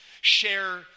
share